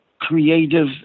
creative